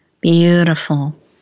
Beautiful